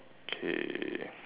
okay